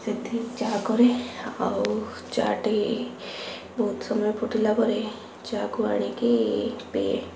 ସେଥିରେ ଚା କରେ ଆଉ ଚା ଟି ବହୁତ ସମୟ ଫୁଟିଲା ପାରେ ଚା'କୁ ଆଣିକି ପିଏ